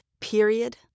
Period